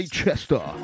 Chester